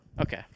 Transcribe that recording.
Okay